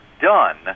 done